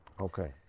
Okay